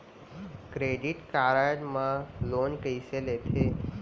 Credit card मा loan कइसे लेथे?